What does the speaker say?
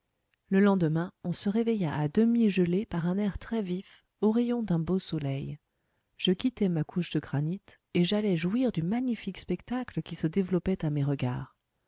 le lendemain on se réveilla à demi gelé par un air très vif aux rayons d'un beau soleil je quittai ma couche de granit et j'allai jouir du magnifique spectacle qui se développait à mes regards